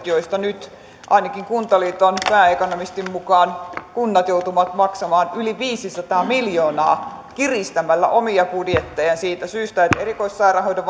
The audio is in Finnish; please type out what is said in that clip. joista nyt ainakin kuntaliiton pääekonomistin mukaan kunnat joutuvat maksamaan yli viisisataa miljoonaa kiristämällä omia budjettejaan siitä syystä että erikoissairaanhoidon